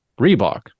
Reebok